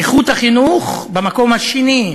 איכות החינוך, במקום השני.